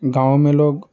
गाँव में लोग